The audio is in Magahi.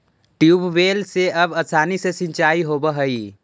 ट्यूबवेल से अब आसानी से सिंचाई होवऽ हइ